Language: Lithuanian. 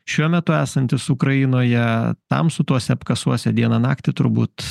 šiuo metu esantis ukrainoje tamsu tuose apkasuose dieną naktį turbūt